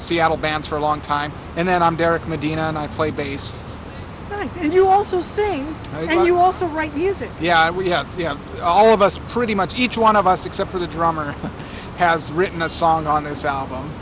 seattle band for a long time and then i'm derek medina and i play bass and you also sing oh you also write music yeah we have all of us pretty much each one of us except for the drummer has written a song on this album